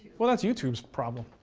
well that's youtube's problem.